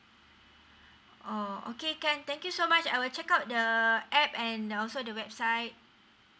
oh okay can thank you so much I will check out the uh app and also the website